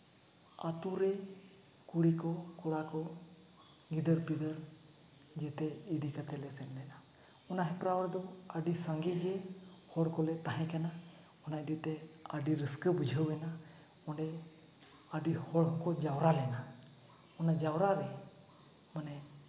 ᱟᱛᱳ ᱨᱮ ᱠᱩᱲᱤ ᱠᱚ ᱠᱚᱲᱟ ᱠᱚ ᱜᱤᱫᱟᱹᱨᱼᱯᱤᱫᱟᱹᱨ ᱡᱮᱛᱮ ᱤᱫᱤ ᱠᱟᱛᱮ ᱞᱮ ᱥᱮᱱ ᱞᱮᱱᱟ ᱚᱱᱟ ᱦᱮᱯᱨᱟᱣ ᱨᱮᱫᱚ ᱟᱹᱰᱤ ᱥᱟᱸᱜᱮ ᱜᱮ ᱦᱚᱚᱲ ᱠᱚᱞᱮ ᱛᱟᱦᱮᱸ ᱠᱟᱱᱟ ᱚᱱᱟ ᱤᱫᱤᱛᱮ ᱟᱹᱰᱤ ᱨᱟᱹᱥᱠᱟᱹ ᱵᱩᱡᱷᱟᱹᱣ ᱮᱱᱟ ᱚᱸᱰᱮ ᱟᱹᱰᱤ ᱦᱚᱲ ᱠᱚ ᱡᱟᱣᱨᱟ ᱞᱮᱱᱟ ᱚᱱᱟ ᱡᱟᱣᱨᱟ ᱨᱮ ᱢᱟᱱᱮ